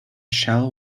shallow